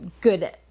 good